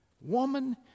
Woman